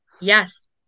Yes